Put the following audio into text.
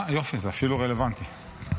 יופי, זה אפילו רלוונטי.